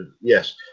Yes